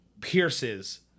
pierces